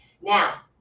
Now